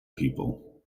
people